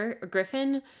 Griffin